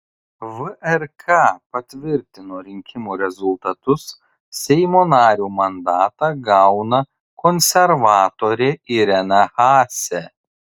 vrk patvirtino rinkimų rezultatus seimo nario mandatą gauna konservatorė irena haase